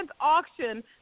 auction